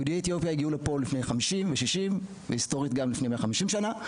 יהודי אתיופיה הגיעו לפה לפני 50 ו-60 שנה והיסטורית גם לפני 150 שנים.